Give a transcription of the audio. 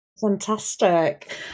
Fantastic